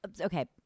Okay